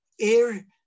air